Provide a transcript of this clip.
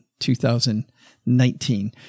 2019